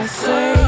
say